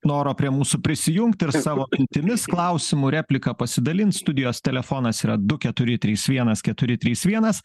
noro prie mūsų prisijungti ir savo mintimis klausimu replika pasidalint studijos telefonas yra du keturi trys vienas keturi trys vienas